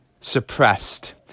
suppressed